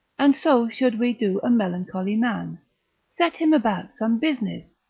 and so should we do a melancholy man set him about some business,